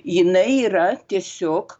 jinai yra tiesiog